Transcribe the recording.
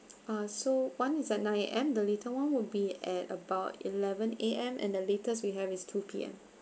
uh so one is at nine A_M the later [one] would be at about eleven A_M and the latest we have is two P_M